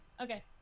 Okay